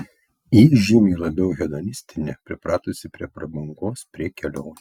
ji žymiai labiau hedonistinė pripratusi prie prabangos prie kelionių